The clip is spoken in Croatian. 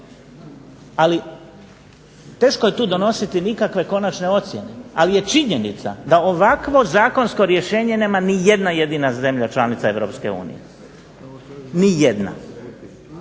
Ali teško je tu donositi nikakve konačne ocjene, ali je činjenica da ovakvo zakonsko rješenje nema ni jedna jedina zemlja članica Europske